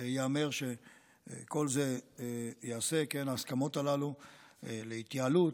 ייאמר שכל זה ייעשה, ההסכמות הללו להתייעלות,